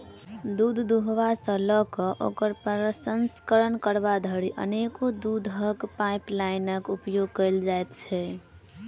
दूध दूहबा सॅ ल क ओकर प्रसंस्करण करबा धरि अनेको दूधक पाइपलाइनक उपयोग कयल जाइत छै